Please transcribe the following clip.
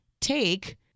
take